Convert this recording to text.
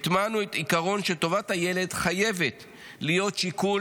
הטמענו את העיקרון שטובת הילד חייבת להיות שיקול